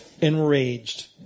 enraged